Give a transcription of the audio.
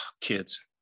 kids